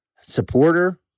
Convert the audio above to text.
supporter